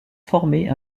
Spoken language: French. former